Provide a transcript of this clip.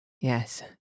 Yes